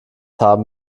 haben